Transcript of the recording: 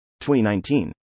2019